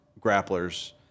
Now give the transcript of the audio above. grapplers